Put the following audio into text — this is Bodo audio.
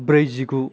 ब्रैजिगु